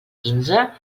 quinze